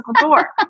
door